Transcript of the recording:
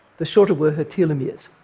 the shorter were her telomeres.